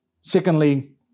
Secondly